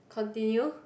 continue